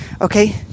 okay